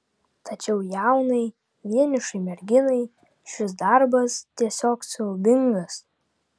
tačiau jaunai vienišai merginai šis darbas tiesiog siaubingas